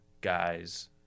guys –